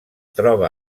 troba